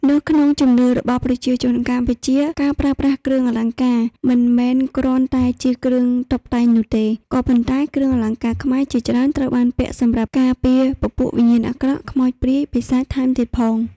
នៅក្នុងជំនឿរបស់ប្រជាជនកម្ពុជាការប្រើប្រាស់ គ្រឿងអលង្ការ មិនមែនគ្រាន់តែជាគ្រឿងតុបតែងនោះទេ ក៏ប៉ុន្តែគ្រឿងអលង្កាខ្មែរជាច្រើនត្រូវបានពាក់សម្រាប់ការពារពពួកវិញ្ញាណអាក្រក់ ខ្មោច ព្រាយ បិសាចថែមទៀតផង។